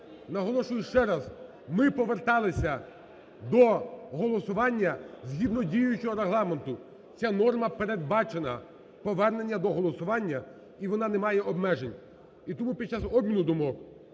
Наголошую ще раз, ми поверталися до голосування згідно діючого Регламенту. Ця норма передбачена, повернення до голосування, і вона не має обмежень. І тому під час обміну думок